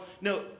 No